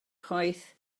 chwaith